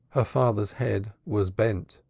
her father's head was bent.